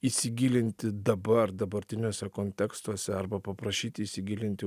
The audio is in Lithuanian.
įsigilinti dabar dabartiniuose kontekstuose arba paprašyti įsigilinti